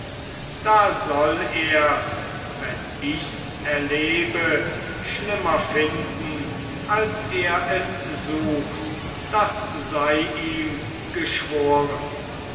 da soll ers wenn ichs erlebe schlimmer finden als er es sucht das sei ihm geschworen